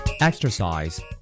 Exercise